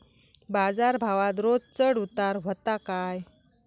बाजार भावात रोज चढउतार व्हता काय?